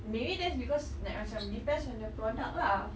maybe that's because like macam depends on the product lah